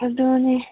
ꯑꯗꯨꯅꯤ